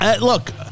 Look